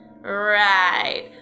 Right